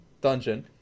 dungeon